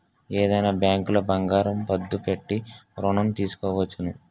ఏదైనా బ్యాంకులో బంగారం పద్దు పెట్టి ఋణం తీసుకోవచ్చును